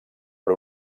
per